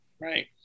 right